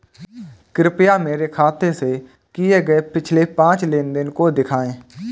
कृपया मेरे खाते से किए गये पिछले पांच लेन देन को दिखाएं